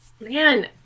Man